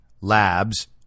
labs